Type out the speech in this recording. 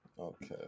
Okay